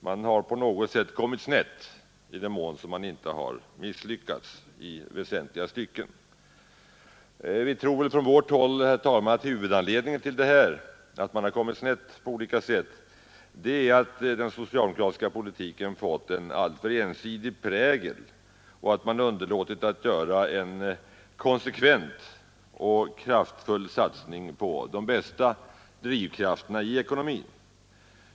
Man har på något sätt kommit snett i den mån man inte har misslyckats helt i väsentliga stycken. Vi tror från vårt håll att huvudanledningen till att man på olika sätt kommit snett är att den socialdemokratiska politiken fått en alltför ensidig prägel och att man underlåtit att göra en konsekvent och kraftfull satsning på de bästa drivkrafterna i ekonomin.